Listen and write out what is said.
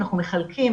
אנחנו מחלקים